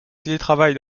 télétravail